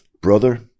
brother